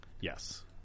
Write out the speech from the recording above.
Yes